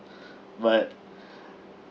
but